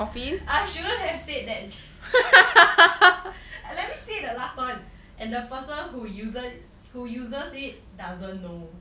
I shouldn't have said that let me see the last one and the person who use~ who uses it doesn't know